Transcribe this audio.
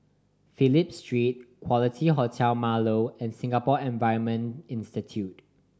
Phillip Street Quality Hotel Marlow and Singapore Environment Institute